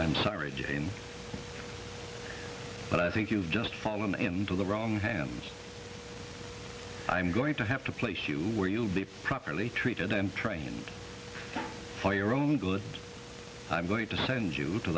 i'm sorry but i think you've just fallen into the wrong him i'm going to have to place you where you'll be properly treated and train for your own good i'm going to send you to